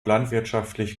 landwirtschaftlich